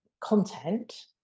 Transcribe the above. content